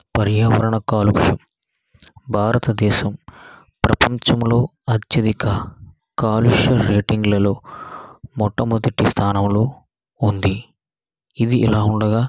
పర్యావరణ కాలుష్యం భారతదేశం ప్రపంచంలో అత్యధిక కాలుష్య రేటింగ్లలో మొట్టమొదటి స్థానంలో ఉంది ఇది ఇలా ఉండగా